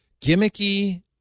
gimmicky